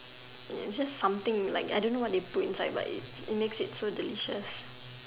just something like I don't know what they put inside but it it makes it so delicious